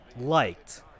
liked